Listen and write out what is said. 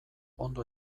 ondo